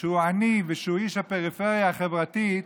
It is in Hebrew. שהוא עני ושהוא איש הפריפריה החברתית